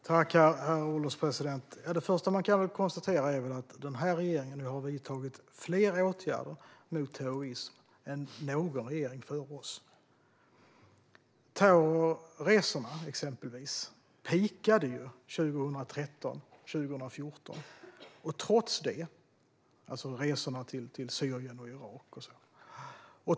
Herr ålderspresident! Det första man kan konstatera är väl att denna regering har vidtagit fler åtgärder mot terrorism än någon regering före den. Exempelvis terrorresorna, alltså resorna till Syrien och Irak, peakade ju 2013-2014.